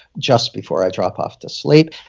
just before i drop off to sleep.